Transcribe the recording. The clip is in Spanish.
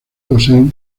poseen